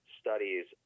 studies